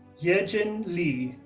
yejin lee,